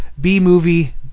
B-movie